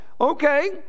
okay